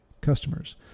customers